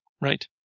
right